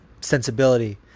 sensibility